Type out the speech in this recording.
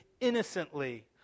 innocently